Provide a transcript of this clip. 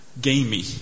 gamey